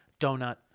donut